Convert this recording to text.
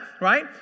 right